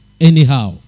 anyhow